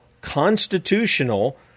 constitutional